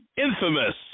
infamous